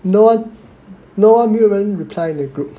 no one no one 没有人 reply in the group